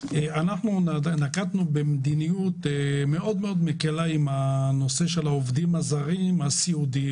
אנחנו נקטנו במדיניות מקלה מאוד עם נושא העובדים הזרים בסיעוד,